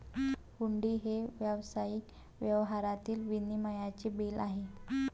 हुंडी हे व्यावसायिक व्यवहारातील विनिमयाचे बिल आहे